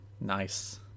Nice